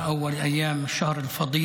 (אומר בערבית: זה היום הראשון של החודש המבורך הזה.